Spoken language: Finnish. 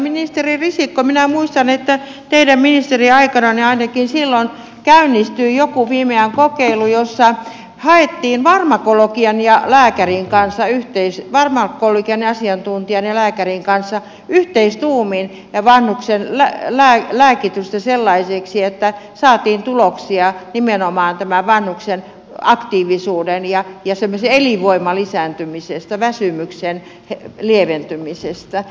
ministeri risikko minä muistan että teidän ministeriaikananne ainakin silloin käynnistyi joku fimean kokeilu jossa haettiin farmakologian asiantuntijan ja lääkärin kanssa yhteisiä varma onko liikenneasiantuntijalääkärin kanssa yhteistuumin vanhuksen lääkitystä sellaiseksi että saatiin tuloksia nimenomaan vanhuksen aktiivisuuden ja semmoisen elinvoiman lisääntymisestä väsymyksen lieventymisestä